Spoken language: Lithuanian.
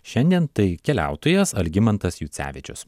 šiandien tai keliautojas algimantas jucevičius